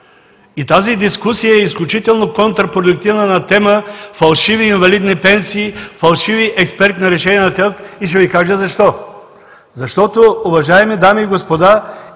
И тази дискусия е изключително контрапродуктивна на тема фалшиви инвалидни пенсии, фалшиви експертни решения на ТЕЛК и ще Ви кажа защо. Уважаеми дами и господа,